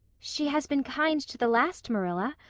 she has been kind to the last, marilla.